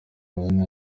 amazina